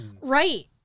Right